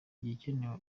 igikenewe